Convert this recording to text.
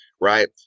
right